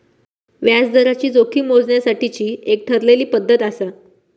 व्याजदराची जोखीम मोजण्यासाठीची एक ठरलेली पद्धत आसा